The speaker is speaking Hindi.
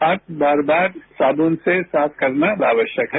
हाथ बार बार साबुन से साफ करना आवश्यक है